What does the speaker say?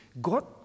god